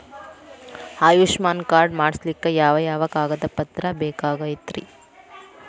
Ayushman card ಮಾಡ್ಸ್ಲಿಕ್ಕೆ ಯಾವ ಯಾವ ಕಾಗದ ಪತ್ರ ಬೇಕಾಗತೈತ್ರಿ?